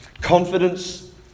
Confidence